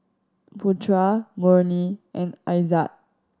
Putra Murni and Aizat